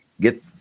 get